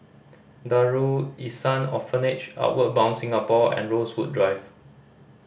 Darul Ihsan Orphanage Outward Bound Singapore and Rosewood Drive